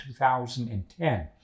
2010